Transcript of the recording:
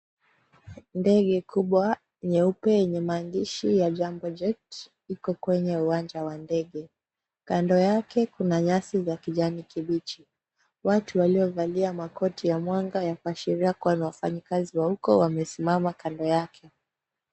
Ndege kubwa nyeupe yenye maandishi ya "Jambo Jet" iko kwenye uwanja wa ndege. Kando yake kuna nyasi za kijani kibichi. Watu waliovalia makoti ya mwanga ya kuashiria kuwa ni wafanyikazi wa huko wamesimama kando yake.